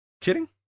Kidding